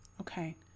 Okay